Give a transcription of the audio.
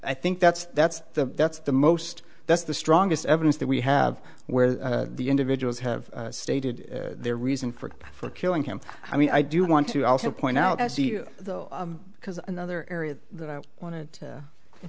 i think that's that's the that's the most that's the strongest evidence that we have where the individuals have stated their reason for for killing him i mean i do want to also point out as you because another area that i want to